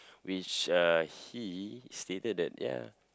which uh he stated that ya